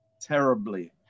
terribly